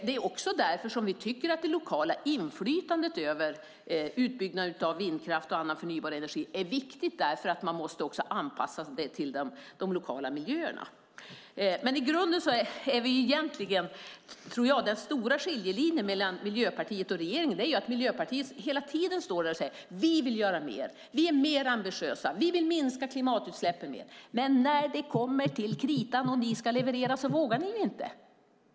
Det är därför som vi tycker att det lokala inflytandet över utbyggnad av vindkraft och annan förnybar energi är viktigt. Man måste anpassa det till de lokala miljöerna. Den stora skiljelinjen mellan Miljöpartiet och regeringen är att Miljöpartiet hela tiden säger: Vi vill göra mer, vi är mer ambitiösa, vi vill minska klimatutsläppen mer. Men när det kommer till kritan och ni ska leverera vågar ni inte.